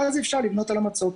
ואז אפשר לבנות על המצוק.